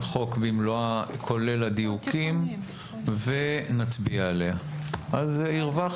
החוק במלואה כולל הדיוקים ואז נצביע עליה.